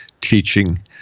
teaching